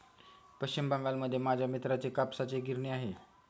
पश्चिम बंगालमध्ये माझ्या मित्राची कापसाची गिरणी आहे